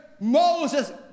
Moses